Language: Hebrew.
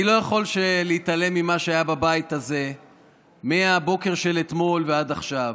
אני לא יכול להתעלם ממה שהיה בבית הזה מהבוקר של אתמול ועד עכשיו.